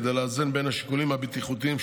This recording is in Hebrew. כדי לאזן בין השיקולים הבטיחותיים,